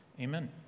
Amen